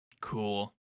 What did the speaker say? Cool